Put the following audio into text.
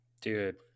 dude